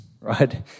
right